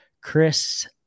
Chris